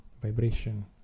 vibration